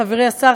חברי השר,